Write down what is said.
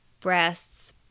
breasts